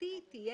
הממשלתי תהיה